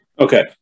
Okay